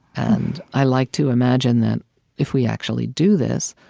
and i like to imagine that if we actually do this,